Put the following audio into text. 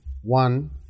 one